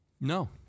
No